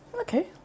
Okay